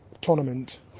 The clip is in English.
tournament